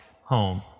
home